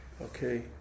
Okay